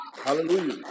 Hallelujah